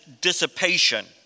dissipation